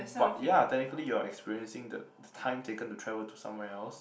but ya technically you're experiencing the time taken to travel to somewhere else